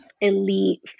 elite